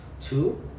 two